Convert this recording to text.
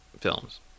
films